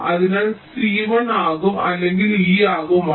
അതിനാൽ c 1 ആകും അല്ലെങ്കിൽ e ആകും 1